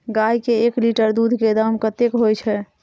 गाय के एक लीटर दूध के दाम कतेक होय छै?